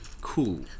cool